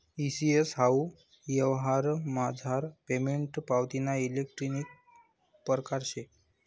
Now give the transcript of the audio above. E CS हाऊ यवहारमझार payment पावतीना इलेक्ट्रानिक परकार शे